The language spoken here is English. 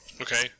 Okay